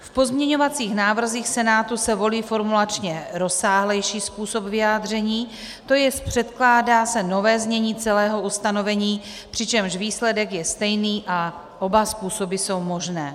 V pozměňovacích návrzích Senátu se volí formulačně rozsáhlejší způsob vyjádření, tj. předkládá se nové znění celého ustanovení, přičemž výsledek je stejný a oba způsoby jsou možné.